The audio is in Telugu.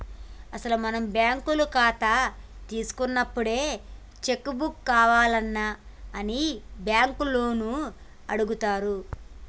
అసలు మనం బ్యాంకుల కథ తీసుకున్నప్పుడే చెక్కు బుక్కు కావాల్నా అని బ్యాంకు లోన్లు అడుగుతారు